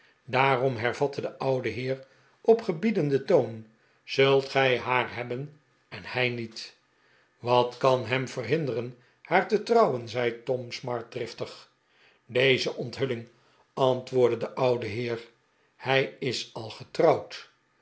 daarom hervatte de oude heer op gebiedenden toon zult gij haar hebben en hij niet wat kan hem verhinderen haar te trouwen zei tom smart driftig deze onthulling antwoordde de oude heer hij is al getrouwd